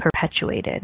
perpetuated